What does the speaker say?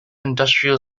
industrial